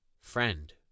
Friend